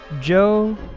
Joe